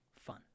fun